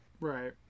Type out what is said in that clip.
Right